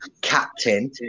captain